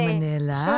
Manila